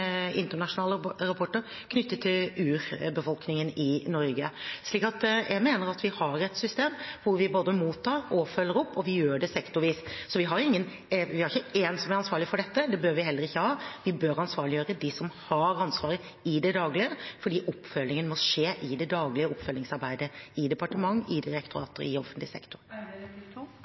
internasjonale rapporter knyttet til urbefolkningen i Norge. Så jeg mener at vi har et system hvor vi både mottar og følger opp, og vi gjør det sektorvis. Vi har ikke én som er ansvarlig for dette, og det bør vi heller ikke ha. Vi bør ansvarliggjøre de som har ansvaret i det daglige, fordi oppfølgingen må skje i det daglige oppfølgingsarbeidet i departement, i direktorat og i offentlig sektor.